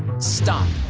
stop.